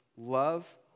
Love